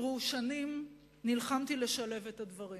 שנים נלחמתי לשלב את הדברים.